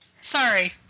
Sorry